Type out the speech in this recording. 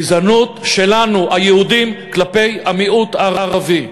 גזענות שלנו היהודים כלפי המיעוט הערבי,